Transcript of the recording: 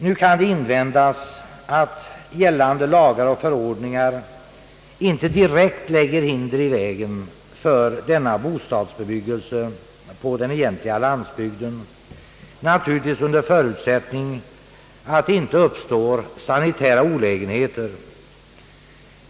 Nu kan det invändas att gällande lagar och förordningar inte direkt lägger hinder i vägen för bostadsbebyggelse på den egentliga landsbygden, naturligtvis under förutsättning att det inte uppstår sanitära olägenheter.